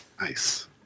Nice